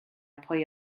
pwy